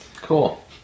Cool